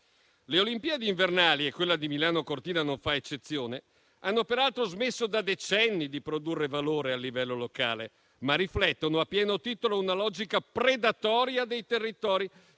Le Olimpiadi invernali, con quella di Milano-Cortina, che non fa eccezione, hanno peraltro smesso da decenni di produrre valore a livello locale, ma riflettono, a pieno titolo, un approccio predatorio ai territori,